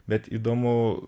bet įdomu